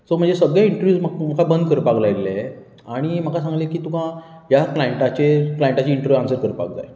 so म्हाजे सगळे interview म्हाका बंद करपाक लायल्ले आनी म्हाका सांगले की तुका ह्या क्लायंटाचेर क्लायंटाची इंटरव्यू आन्सर करपाक जाय